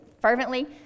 fervently